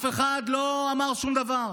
אף אחד לא אמר שום דבר.